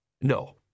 No